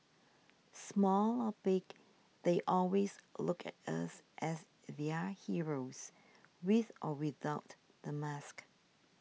small or big they always look at us as their heroes with or without the mask